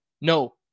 no